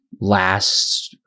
last